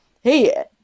hey